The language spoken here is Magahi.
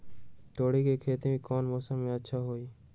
तोड़ी के खेती कौन मौसम में अच्छा होई?